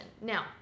Now